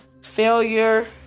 failure